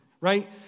Right